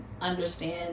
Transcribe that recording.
understand